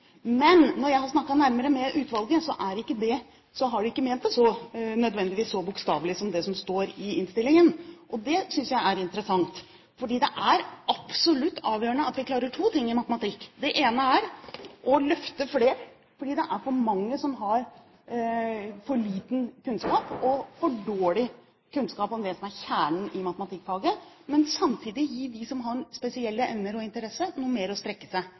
Men når jeg har snakket nærmere med utvalget, har det kommet fram at de ikke nødvendigvis har ment det så bokstavelig som det som står i innstillingen. Det synes jeg er interessant, for det er absolutt avgjørende at vi gjør to ting i matematikk. Det ene er å løfte flere, fordi det er for mange som har for liten kunnskap og for dårlig kunnskap om det som er kjernen i matematikkfaget, men samtidig gi dem som har spesielle evner og interesse, noe mer å strekke seg